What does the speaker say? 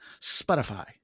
Spotify